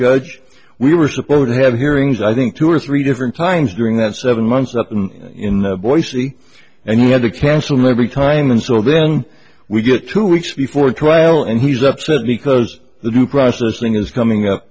judge we were supposed to have hearings i think two or three different times during that seven months up in in boise and he had to cancel every time and so then we get two weeks before trial and he's upset because the due process thing is coming up